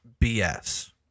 BS